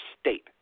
state